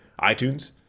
itunes